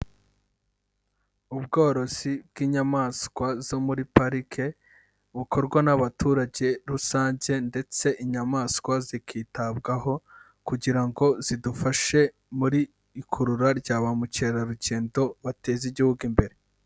Ubworozi bw'inyamaswa zo muri parike, bukorwa n'abaturage rusange ndetse inyamaswa zikitabwaho kugira ngo zidufashe muri ikurura rya ba mukerarugendo bateza igihugu imbere.